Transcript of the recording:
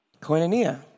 Koinonia